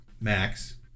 max